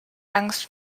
angst